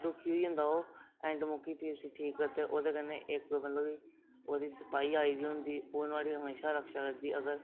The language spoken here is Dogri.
दुखी होई जंदा ओह् एैंड मोकै फ्ही उसी ठीक करदे ओह्दे कन्नै इक मतलब ओह्दी सपाई आई दी होंदी ओह् नुआढ़ी हमेशा रक्षा करदी अगर मतलब